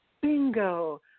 bingo